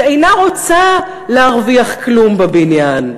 שאינה רוצה להרוויח כלום בבניין.